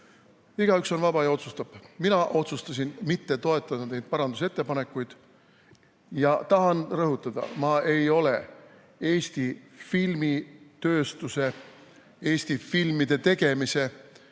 Igaüks on vaba ja otsustab. Mina otsustasin mitte toetada neid parandusettepanekuid. Tahan rõhutada, et ma ei ole Eesti filmitööstuse, Eesti filmide tegemise